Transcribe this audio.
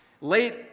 Late